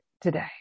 today